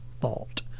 thought